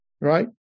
right